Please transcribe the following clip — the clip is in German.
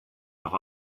noch